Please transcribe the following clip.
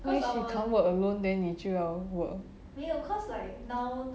since you can't work alone then 你就要 work